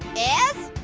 is,